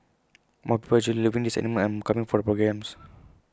more people are actually loving these animals and coming for the programmes